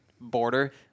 border